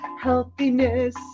healthiness